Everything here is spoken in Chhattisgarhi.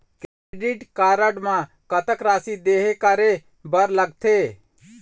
क्रेडिट कारड म कतक राशि देहे करे बर लगथे?